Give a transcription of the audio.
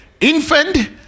infant